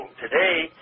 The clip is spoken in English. Today